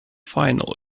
final